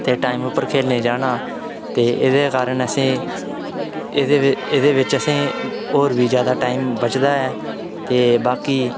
ते टाईम उप्पर खेढने गी जाना ते एह्दे कारण असें एह्दे बिच असें होर जादै टाईम बचदा ऐ ते बाकी